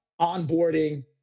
onboarding